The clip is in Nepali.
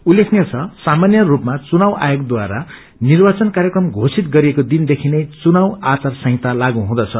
उल्लेखनीय छ साामान्य रूपमा चुनाव आयोगद्वारा निब्रचन कार्यक्रम घोषित गरिएको दिनदेखि नै चुनाव आचार संहिता लागू हुँदछ